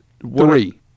Three